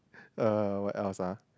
uh what else ah